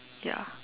ya